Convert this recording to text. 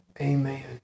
amen